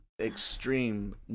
Extreme